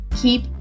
keep